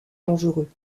dangereux